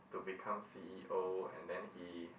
to become C_E_O and then he